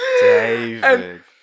David